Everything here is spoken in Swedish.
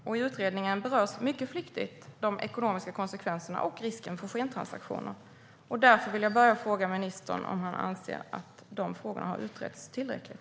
I utredningen berörs mycket flyktigt de ekonomiska konsekvenserna och risken för skentransaktioner. Därför vill jag börja med att fråga ministern om han anser att dessa frågor har utretts tillräckligt.